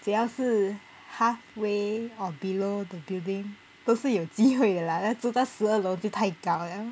只要是 halfway or below the building 都是有机会的啦要住在十二楼就太高了